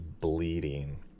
bleeding